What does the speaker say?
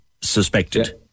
suspected